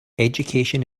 education